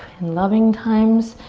in loving times.